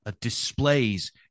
displays